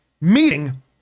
meeting